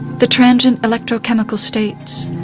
the transient electrochemical states,